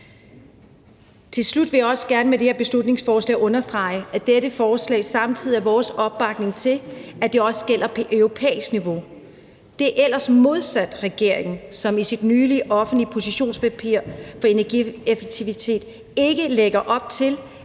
Til slut vil jeg også gerne med det her beslutningsforslag understrege, at dette forslag samtidig er vores opbakning til, at det også gælder på europæisk niveau. Det er ellers modsat regeringen, som i sit nylige offentlige positionspapir for energieffektivitet ikke lægger op til,